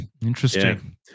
interesting